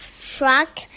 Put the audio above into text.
truck